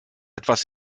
etwas